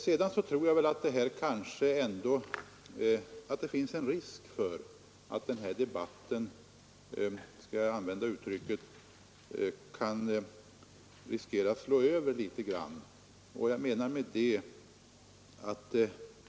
Jag tror att det finns en risk för att den här debatten, om jag får använda det uttrycket, kan slå över litet grand.